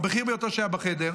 הבכיר ביותר שהיה בחדר.